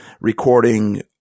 recording